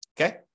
Okay